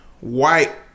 White